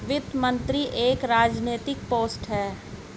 वित्त मंत्री एक राजनैतिक पोस्ट है